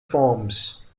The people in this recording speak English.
forms